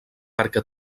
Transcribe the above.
perquè